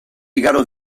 igaro